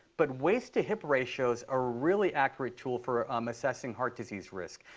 but waist to hip ratios are a really accurate tool for um assessing heart disease risk.